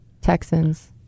texans